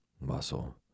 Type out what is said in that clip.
muscle